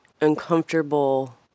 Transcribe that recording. uncomfortable